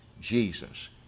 Jesus